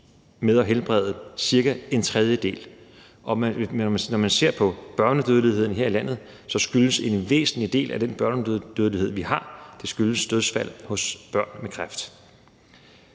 med at helbrede cirka en tredjedel. I forhold til børnedødeligheden her i landet skyldes en væsentlig del af den børnedødelighed, vi har, dødsfald hos børn med kræft.